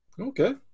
Okay